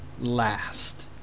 last